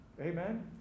amen